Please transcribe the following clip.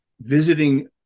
visiting